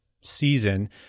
season